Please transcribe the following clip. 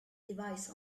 device